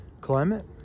climate